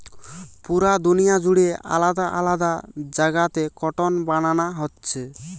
পুরা দুনিয়া জুড়ে আলাদা আলাদা জাগাতে কটন বানানা হচ্ছে